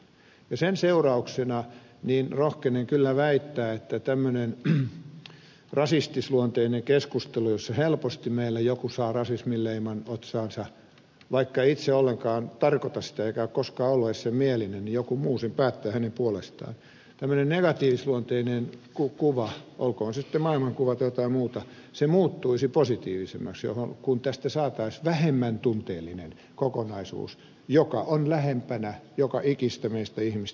ja sen seurauksena rohkenen kyllä väittää että tämmöinen rasistisluonteinen keskustelu jossa helposti meillä joku saa rasismin leiman otsaansa vaikka itse ollenkaan ei tarkoita sitä eikä ole koskaan ollut edes sen mielinen vaan joku muu sen päättää hänen puolestaan tämmöinen negatiivisluonteinen kuva olkoon sitten maailmankuva tai jotain muuta se muuttuisi positiivisemmaksi kun tästä saataisiin vähemmän tunteellinen kokonaisuus joka on lähempänä joka ikistä meitä ihmistä